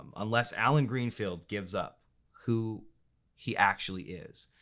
um unless allen greenfield gives up who he actually is,